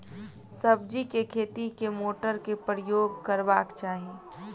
सब्जी केँ खेती मे केँ मोटर केँ प्रयोग करबाक चाहि?